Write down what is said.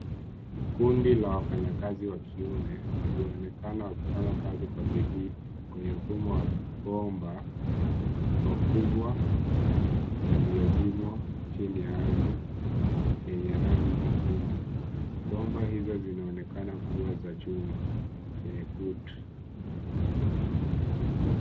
Kundi la wafanyakazi wa kiume walioonekana wakifanya kazi kwa bidii kwenye mfumo wa bomba pakubwa yaliyozibwa chini ya ardhi yenye rangi nyekundu. Bomba hizo zinaonekana kuwa za chuma chenye kutu.